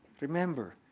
Remember